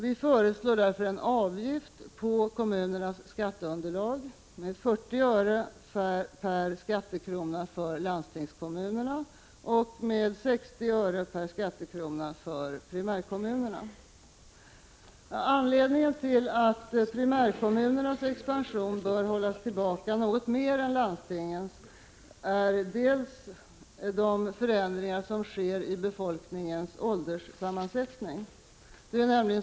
Vi föreslår därför en avgift på kommunernas skatteunderlag med 40 öre per skattekrona för landstingskommunerna och med 60 öre per skattekrona för primärkommunerna. Anledningen till att primärkommunernas expansion bör hållas tillbaka något mer än landstingens är de förändringar som sker i befolkningens ålderssammansättning.